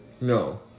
No